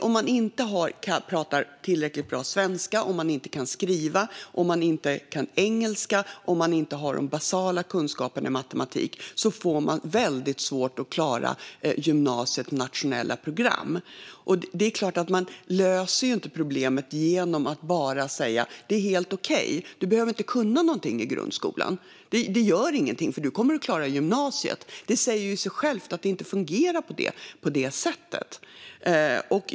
Om man inte pratar tillräckligt bra svenska, inte kan skriva, inte kan engelska och inte har de basala kunskaperna i matematik får man väldigt svårt att klara gymnasiets nationella program. Det är klart att man inte löser problemet genom att bara säga: "Det är helt okej! Du behöver inte kunna någonting i grundskolan. Det gör ingenting, för du kommer att klara gymnasiet." Det säger sig självt att det inte fungerar på det sättet.